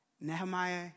Nehemiah